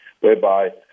whereby